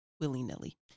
willy-nilly